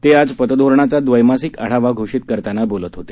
ते आज पतधोरणाचा द्वप्रासिक आढावा घोषित करताना बोलत होते